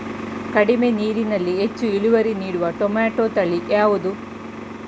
ಕಡಿಮೆ ನೀರಿನಲ್ಲಿ ಹೆಚ್ಚು ಇಳುವರಿ ನೀಡುವ ಟೊಮ್ಯಾಟೋ ತಳಿ ಯಾವುದು?